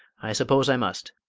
i suppose i must.